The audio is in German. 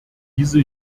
diese